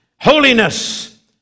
holiness